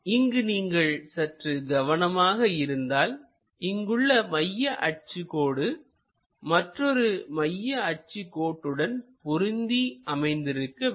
இங்கு நீங்கள் சற்று கவனமாக இருந்தால் இங்குள்ள மைய அச்சு கோடு மற்றொரு மைய அச்சு கோட்டுடுடன் பொருந்தி அமைந்திருக்க வேண்டும்